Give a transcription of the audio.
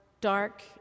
dark